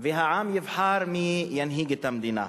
והעם יבחר מי ינהיג את המדינה,